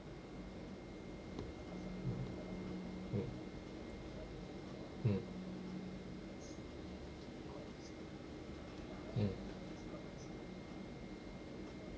mm mm mm